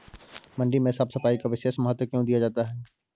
मंडी में साफ सफाई का विशेष महत्व क्यो दिया जाता है?